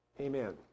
amen